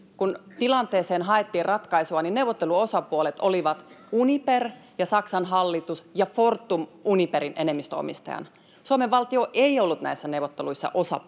Kun tilanteeseen haettiin ratkaisua, niin neuvotteluosapuolet olivat Uniper ja Saksan hallitus ja Fortum Uniperin enemmistöomistajana. Suomen valtio ei ollut näissä neuvotteluissa osapuoli,